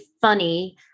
funny